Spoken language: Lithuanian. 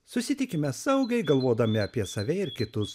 susitikime saugiai galvodami apie save ir kitus